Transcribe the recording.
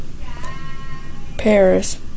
Paris